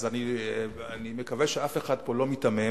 אני מקווה שאף אחד פה לא מיתמם,